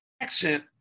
accent